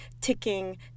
ticking